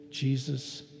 Jesus